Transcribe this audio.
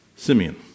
Simeon